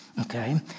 Okay